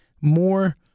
more